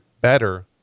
better